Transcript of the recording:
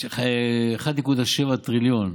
1.7 טריליון,